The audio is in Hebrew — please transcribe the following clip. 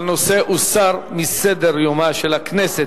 הנושא הוסר מסדר יומה של הכנסת.